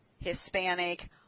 Hispanic